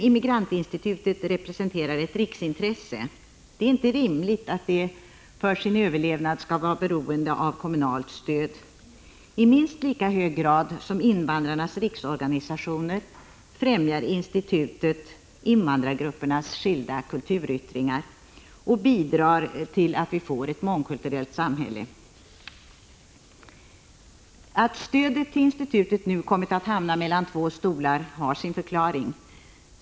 Immigrantinstitutet representerar ett riksintresse, och därför är det inte rimligt att det för sin överlevnad skall vara beroende av kommunalt stöd. I minst lika hög grad som invandrarnas riksorganisationer främjar institutet invandrargruppernas skilda kulturyttringar och bidrar till att vi får ett mångkulturellt samhälle. Att stödet till institutet nu kommit att hamna mellan två stolar har sin förklaring.